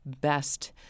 best